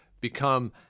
become